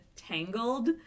Tangled